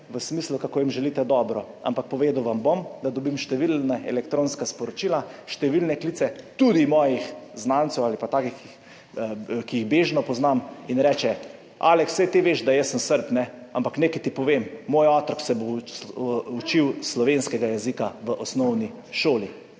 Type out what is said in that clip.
v smislu, kako jim želite dobro, ampak povedal vam bom, da dobim številna elektronska sporočila, številne klice tudi mojih znancev ali pa takih, ki jih bežno poznam, in rečejo: »Aleks, saj ti veš, da jaz sem Srb, kajne? Ampak nekaj ti povem. Moj otrok se bo učil slovenskega jezika v osnovni šoli.«